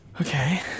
Okay